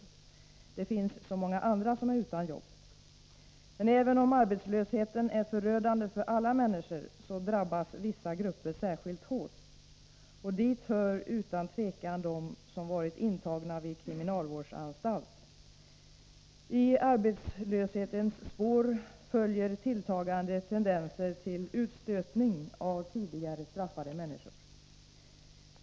Det finns så många andra som är utan jobb. Även om arbetslösheten är förödande för alla människor, drabbas vissa grupper särskilt hårt. Dit hör utan tvivel de som varit intagna vid kriminalvårdsanstalt. I arbetslöshetens spår följer tilltagande tendenser till utstötning av tidigare straffade människor.